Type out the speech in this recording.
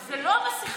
זו לא המסכה.